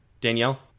Danielle